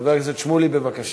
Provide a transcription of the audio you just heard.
חבר הכנסת איציק שמולי, בבקשה.